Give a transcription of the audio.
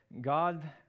God